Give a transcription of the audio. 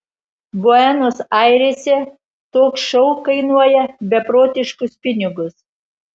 buenos airėse toks šou kainuoja beprotiškus pinigus